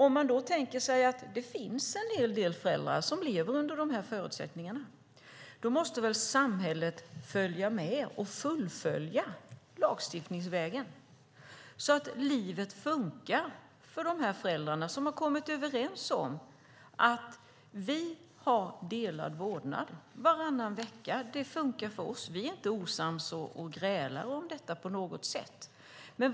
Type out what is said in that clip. Om man då tänker sig att det finns en hel del föräldrar som lever under de förutsättningarna måste väl samhället följa med och fullfölja lagstiftningsvägen, så att livet fungerar för de föräldrar som har kommit överens: Vi har delad vårdnad varannan vecka. Det fungerar för oss - vi är inte osams och grälar inte om detta på något sätt.